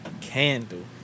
candle